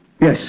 Yes